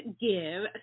give